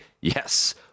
Yes